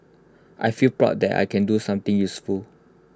I feel proud that I can do something useful